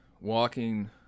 walking